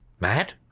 mad?